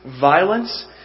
violence